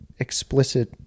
Explicit